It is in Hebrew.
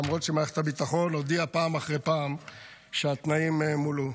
למרות שמערכת הביטחון הודיעה פעם אחרי פעם שהתנאים מולאו.